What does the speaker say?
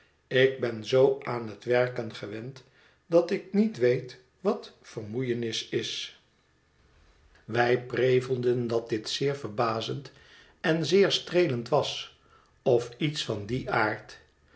ik ben zoo aan het werken gewend dat ik niet weet wat vermoeienis is wij prevelden dat dit zeer verbazend en zeer streelend was of iets van dien aard